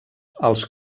els